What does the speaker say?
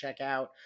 checkout